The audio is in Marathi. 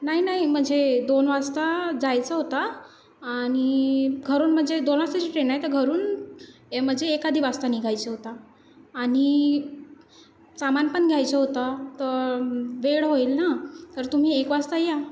नाही नाही म्हणजे दोन वाजता जायचं होतं आणि घरून म्हणजे दोन वाजताची ट्रेन आहे तर घरून म्हणजे एक आधी वाजता निघायचं होतं आणि सामान पण घ्यायचं होतं तर वेळ होईल ना तर तुम्ही एक वाजता या